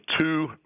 two